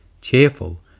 cheerful